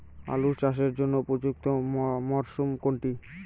আলু চাষের জন্য উপযুক্ত মরশুম কোনটি?